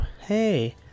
hey